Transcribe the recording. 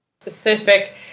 specific